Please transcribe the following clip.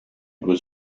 was